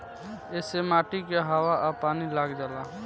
ऐसे माटी के हवा आ पानी लाग जाला